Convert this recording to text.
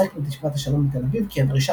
פסק בית משפט השלום בתל אביב כי הדרישה